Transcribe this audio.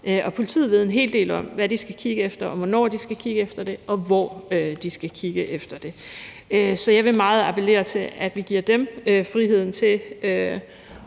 Politiet ved en hel del om, hvad de skal kigge efter, hvornår de skal kigge efter det, og hvor de skal kigge efter det. Så jeg vil meget appellere til, at vi giver dem friheden til